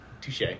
Touche